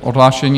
Odhlášení.